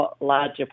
larger